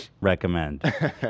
recommend